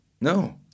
No